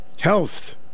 health